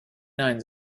nein